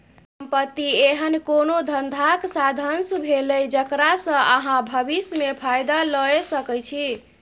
संपत्ति एहन कोनो धंधाक साधंश भेलै जकरा सँ अहाँ भबिस मे फायदा लए सकै छी